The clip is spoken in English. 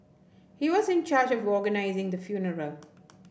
he was in charge of organising the funeral